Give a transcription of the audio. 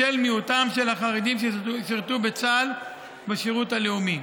בשל מיעוטם של החרדים ששירתו בצה"ל או בשירות הלאומי.